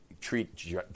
treat